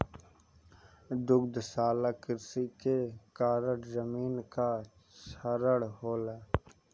दुग्धशाला कृषि के कारण जमीन कअ क्षरण होला